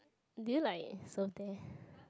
did you like serve there